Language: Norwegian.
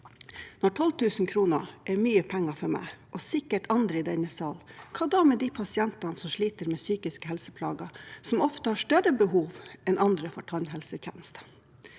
Når 12 000 kr er mye penger for meg – og sikkert også for andre i denne salen – hva da med de pasientene som sliter med psykiske helseplager, og som ofte har større behov enn andre for tannhelsetjenester?